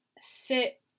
sit